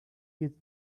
you